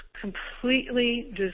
completely